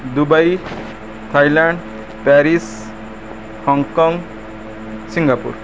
Dubai Thailand Paris Hong Kong Singapore